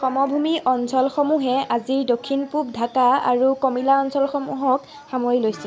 সমভূমি অঞ্চলসমূহে আজিৰ দক্ষিণ পূব ঢাকা আৰু কমিলা অঞ্চলসমূহক সামৰি লৈছে